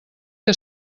que